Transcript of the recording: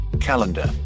calendar